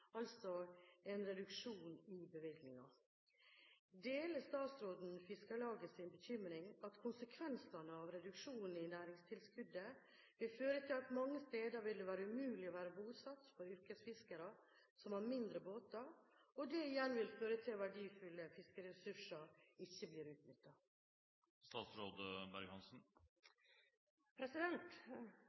altså en reduksjon i bevilgninger. Deler statsråden Fiskarlagets bekymring for at konsekvensene av en reduksjon i næringstilskuddet vil føre til at det mange steder vil være umulig å være bosatt for yrkesfiskere som har mindre båter, og at det igjen vil føre til at verdifulle fiskeressurser ikke blir